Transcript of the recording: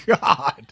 god